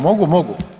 Mogu, mogu.